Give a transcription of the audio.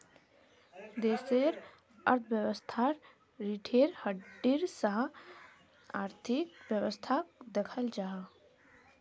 देशेर अर्थवैवास्थार रिढ़ेर हड्डीर सा आर्थिक वैवास्थाक दख़ल जाहा